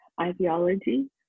ideology